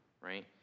right